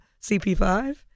CP5